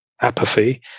apathy